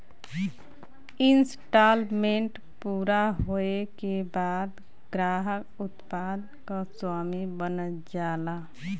instalment पूरा होये के बाद ग्राहक उत्पाद क स्वामी बन जाला